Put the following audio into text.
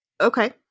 Okay